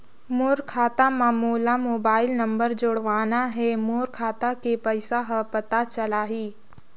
मोर खाता मां मोला मोबाइल नंबर जोड़वाना हे मोर खाता के पइसा ह पता चलाही?